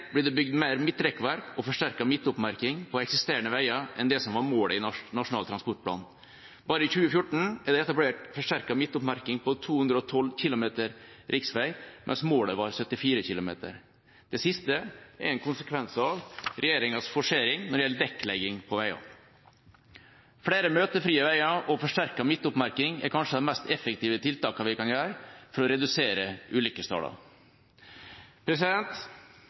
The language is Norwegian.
blir det bygd mer midtrekkverk og forsterket midtoppmerking på eksisterende veier enn det som var målet i Nasjonal transportplan. Bare i 2014 er det etablert forsterket midtoppmerking på 212 km riksvei, mens målet var 74 km. Det siste er en konsekvens av regjeringas forsering når det gjelder dekkelegging på veiene. Flere møtefrie veier og forsterket midtoppmerking er kanskje det mest effektive tiltaket vi kan sette i verk for å redusere